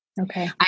Okay